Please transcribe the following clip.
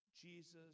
Jesus